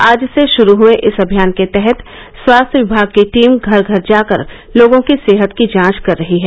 आज से शुरू हए इस अभियान के तहत स्वास्थ्य विभाग की टीम घर घर जाकर लोगों की सेहत की जांच कर रही हैं